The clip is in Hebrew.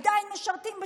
עדיין משרתים בשב"ס,